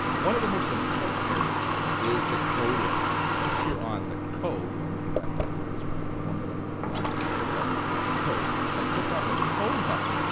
one of the most important areas is the code area. if we click here on code let me go back to where is my form that i'm working on, there we are code if i click on the code button,